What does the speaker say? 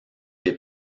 des